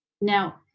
now